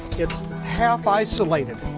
it's half isolated.